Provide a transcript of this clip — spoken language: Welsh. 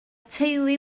teulu